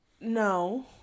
no